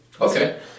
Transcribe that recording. Okay